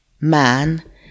Man